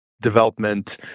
development